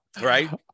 Right